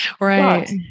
Right